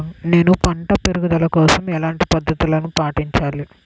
నేను పంట పెరుగుదల కోసం ఎలాంటి పద్దతులను పాటించాలి?